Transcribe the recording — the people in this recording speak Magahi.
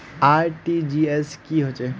आर.टी.जी.एस की होचए?